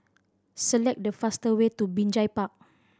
select the faster way to Binjai Park